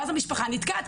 ואז המשפחה נתקעת,